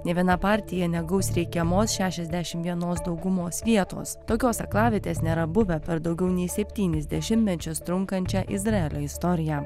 nė viena partija negaus reikiamos šešiasdešim vienos daugumos vietos tokios aklavietės nėra buvę per daugiau nei septynis dešimtmečius trunkančią izraelio istoriją